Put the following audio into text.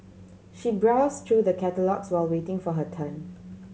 she browse through the catalogues while waiting for her turn